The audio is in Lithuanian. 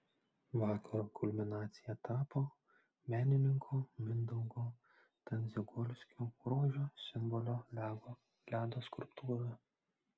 vakaro kulminacija tapo menininko mindaugo tendziagolskio grožio simbolio ledo skulptūra